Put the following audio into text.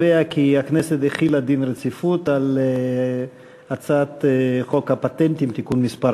הודעת הממשלה על רצונה להחיל דין רציפות על הצעת חוק הפטנטים (תיקון מס'